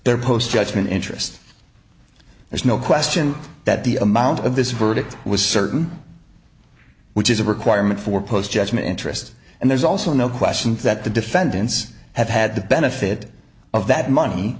their post judgment interest there's no question that the amount of this verdict was certain which is a requirement for post judgment interest and there's also no question that the defendants have had the benefit of that money